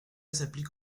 s’applique